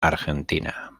argentina